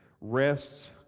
rests